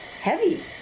heavy